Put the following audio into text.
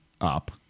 up